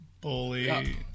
bully